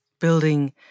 building